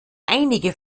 einige